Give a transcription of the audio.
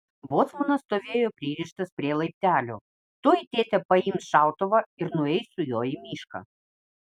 bocmanas stovėjo pririštas prie laiptelių tuoj tėtė paims šautuvą ir nueis su juo į mišką